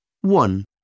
One